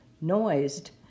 noised